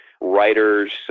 writers